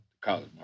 college